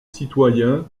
citoyens